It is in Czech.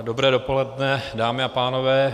Dobré dopoledne, dámy a pánové.